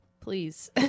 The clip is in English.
Please